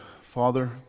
Father